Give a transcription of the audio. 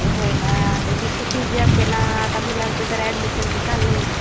होय ना गं मी खूप बिझी असते ना आता मुलांचं जरा ॲडमिशनचं चाललं आहे